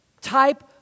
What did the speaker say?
type